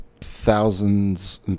thousands